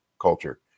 culture